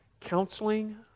counseling